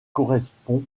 correspond